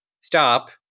stop